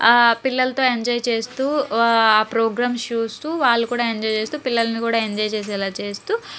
పిల్లలతో ఎంజాయ్ చేస్తూ ప్రోగ్రామ్స్ చూస్తూ వాళ్ళు కూడా ఎంజాయ్ చేస్తూ పిల్లలని కూడా ఎంజాయ్ చేసేలా చేస్తూ